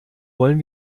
wollen